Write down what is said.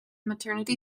maternity